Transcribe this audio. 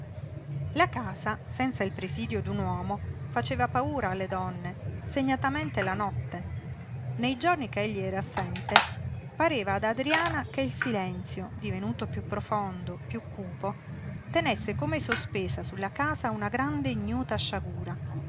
la casa senza il presidio d'un uomo faceva paura alle donne segnatamente la notte nei giorni ch'egli era assente pareva ad adriana che il silenzio divenuto piú profondo piú cupo tenesse come sospesa sulla casa una grande ignota sciagura